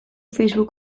facebook